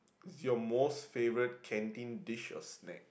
was your most favourite canteen dish or snack